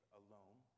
alone